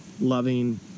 loving